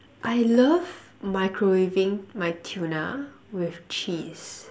I love microwaving my tuna with cheese